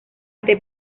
este